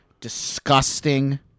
disgusting